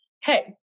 hey